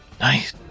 Nice